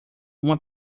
uma